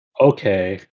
okay